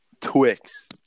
Twix